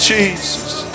Jesus